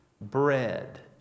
bread